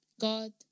God